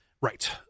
Right